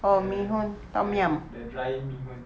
the the the dry mee hoon